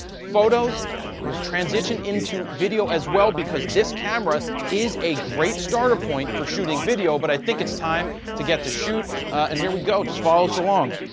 photos will transition into video as well because this camera is a great starter point for shooting video, but i think it's time to get to shoot and here we go. just follow us along.